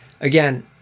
again